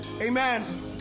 amen